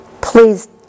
Please